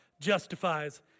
justifies